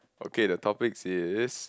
okay the topic is